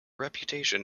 reputation